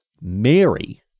Mary